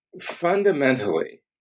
fundamentally